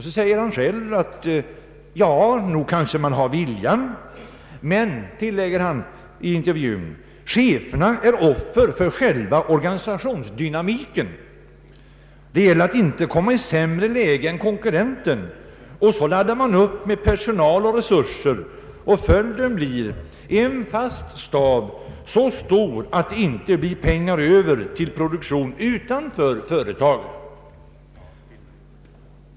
Han säger i intervjun att man kanske har viljan, men tillägger att cheferna hos Sveriges Radio och TV är offer för själva organisationsdynamiken. Det gäller att inte komma i sämre läge än konkurrenten, och så laddar man upp med personal och resurser, och följden blir en fast stab så stor att det inte blir pengar över till att beställa några program utanför företaget.